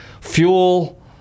fuel